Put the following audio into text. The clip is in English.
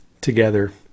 together